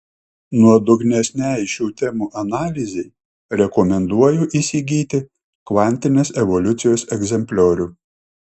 nuodugnesnei šių temų analizei rekomenduoju įsigyti kvantinės evoliucijos egzempliorių